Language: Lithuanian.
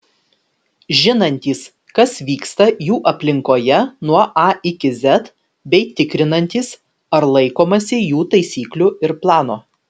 žinantys kas vyksta jų aplinkoje nuo a iki z bei tikrinantys ar laikomasi jų taisyklų ir plano